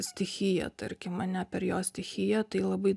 stichiją tarkim ane per jo stichiją tai labai